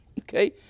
okay